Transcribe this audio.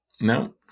No